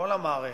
כל המערכת,